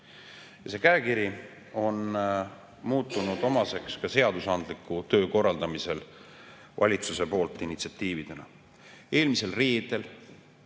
See käekiri on muutunud omaseks ka seadusandliku töö korraldamisel valitsuse poolt initsiatiividena. Eelmisel reedel